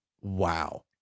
Wow